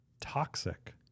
toxic